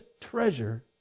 treasure